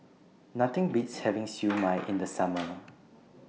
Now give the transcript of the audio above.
Nothing Beats having Siew Mai in The Summer